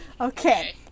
Okay